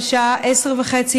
בשעה 10:30,